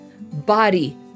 body